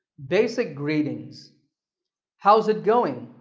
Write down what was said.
basic greetings how's it going?